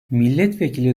milletvekili